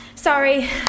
sorry